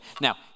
Now